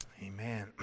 Amen